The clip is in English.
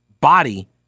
body